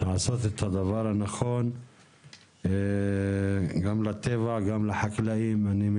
לעשות את הדבר הנכון גם לטבע, גם לחקלאים.